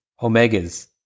Omegas